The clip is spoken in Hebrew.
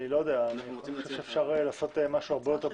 אני חושב שאפשר לעשות משהו הרבה יותר פשוט,